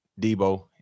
Debo